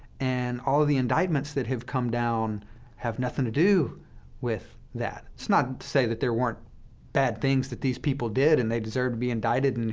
and all of the indictments that have come down have nothing to do with that. it's not to say that there weren't bad things that these people did, and they deserve to be indicted, and,